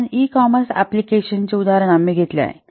तर e commerce एप्लिकेशनचे उदाहरण आम्ही घेतले आहे